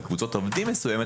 על קבוצת עובדים מסוימת,